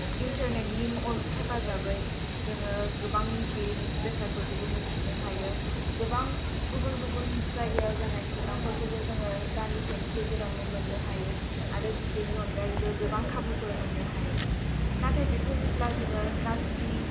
इनथारनेटनि हेफाजाबै जोङो गोबां मोनथियै बेसादफोरखौबो मोनथिनो हायो गोबां गुबुन गुबुन जायगायाव जानाय खौरांफोरखौबो जोङो दानदिसेनि गेजेरावनो मोननो हायो आरो बेनि अनगायैबो गोबां खाबुफोर मोननो हायो नाथाय बेखौ जेब्ला जोङो गाज्रि